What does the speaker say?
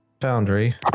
Foundry